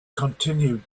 continued